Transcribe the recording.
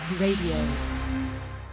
Radio